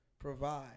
Provide